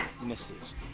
misses